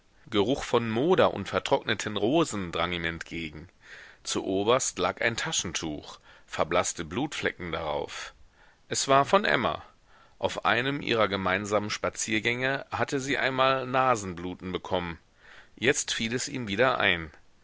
geruch von moder und vertrockneten rosen drang ihm entgegen zu oberst lag ein taschentuch verblaßte blutflecken darauf es war von emma auf einem ihrer gemeinsamen spaziergänge hatte sie einmal nasenbluten bekommen jetzt fiel es ihm wieder ein